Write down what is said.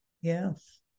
Yes